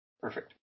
Perfect